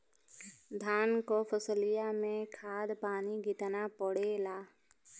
धान क फसलिया मे खाद पानी कितना पड़े ला?